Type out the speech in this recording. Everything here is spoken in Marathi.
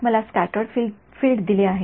मला स्क्याटर्ड फील्ड दिले आहे